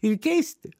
ir keisti